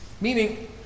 Meaning